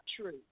true